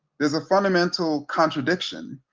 there's a fundamental contradiction,